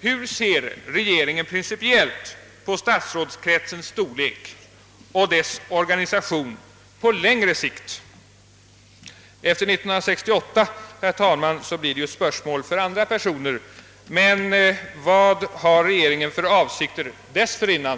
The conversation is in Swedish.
Hur ser regeringen principiellt på statsrådskretsens storlek och dess organisation på längre sikt? Efter 1968, herr talman, blir ju detta ett spörsmål för andra personer. Men vad har regeringen för avsikter dessförinnan?